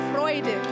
Freude